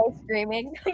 screaming